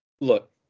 Look